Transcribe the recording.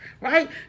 right